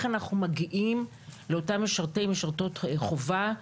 אנחנו מגיעים לאותם משרתי ומשרתות חובה?